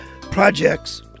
projects